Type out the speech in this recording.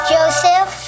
Joseph